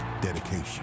dedication